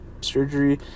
surgery